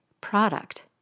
product